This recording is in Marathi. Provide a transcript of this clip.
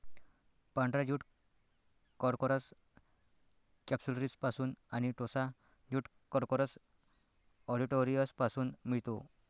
पांढरा ज्यूट कॉर्कोरस कॅप्सुलरिसपासून आणि टोसा ज्यूट कॉर्कोरस ऑलिटोरियसपासून मिळतो